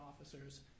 officers